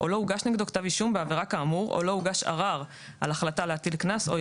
(2)הוא קיבל הכשרה מתאימה בתחום הסמכויות שיהיו נתונות לו